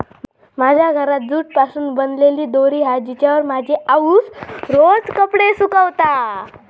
माझ्या घरात जूट पासून बनलेली दोरी हा जिच्यावर माझी आउस रोज कपडे सुकवता